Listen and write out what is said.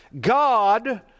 God